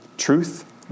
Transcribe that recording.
Truth